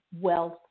wealth